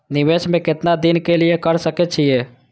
निवेश में केतना दिन के लिए कर सके छीय?